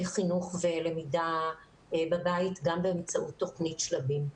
חינוך ולמידה בבית גם באמצעות תוכנית "שלבים".